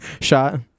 shot